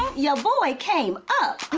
yeah boy came up.